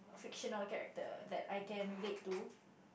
fictional character that I can relate to